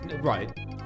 Right